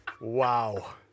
Wow